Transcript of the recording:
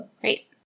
Great